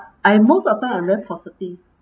I most of time I'm very positive